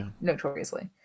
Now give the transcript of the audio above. notoriously